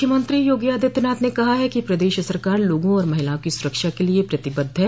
मुख्यमंत्री योगी आदित्यनाथ ने कहा है कि प्रदेश सरकार लोगों और महिलाओं की सुरक्षा के लिये प्रतिबद्ध है